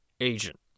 agent